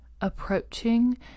approaching